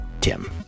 Tim